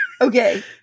Okay